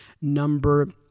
Number